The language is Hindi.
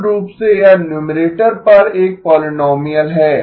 मूल रूप से यह न्यूमरेटर पर एक पोलीनोमीअल है